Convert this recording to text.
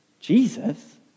Jesus